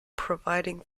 providing